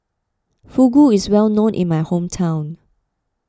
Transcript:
Fugu is well known in my hometown